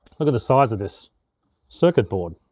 look at the size of this circuit board.